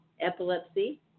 epilepsy